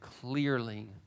clearly